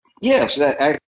Yes